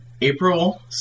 April